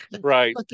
right